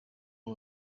aba